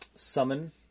Summon